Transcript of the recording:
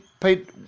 Pete